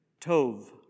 tov